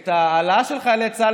את ההעלאה של שכר חיילי צה"ל,